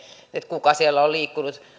kuka siellä on liikkunut